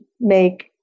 make